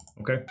okay